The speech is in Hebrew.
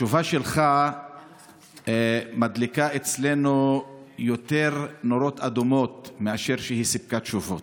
התשובה שלך מדליקה אצלנו יותר נורות אדומות מאשר שהיא סיפקה תשובות.